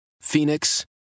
Phoenix